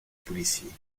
policiers